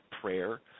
prayer